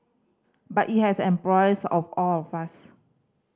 but it has embroiled of all of us